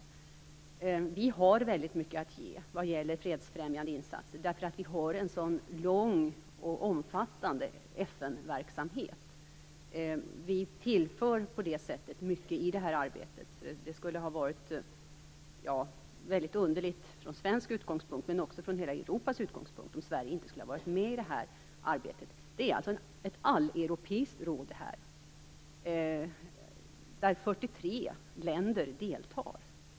Sverige har väldigt mycket att ge vad gäller fredsfrämjande insatser eftersom Sverige har en sådan långvarig och omfattande FN-verksamhet. Sverige tillför på det sättet mycket till det här arbetet. Det skulle ha varit väldigt underligt från svensk utgångspunkt, men också från hela Europas utgångspunkt, om Sverige inte skulle ha varit med i detta arbete. Det är alltså frågan om ett alleuropeiskt råd, där 43 länder deltar.